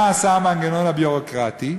מה עשה המנגנון הביורוקרטי?